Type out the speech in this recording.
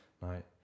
Right